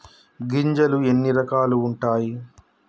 గింజలు ఎన్ని రకాలు ఉంటాయి?